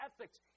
ethics